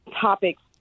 topics